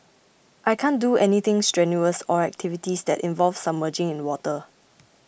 I can't do anything strenuous or activities that involve submerging in water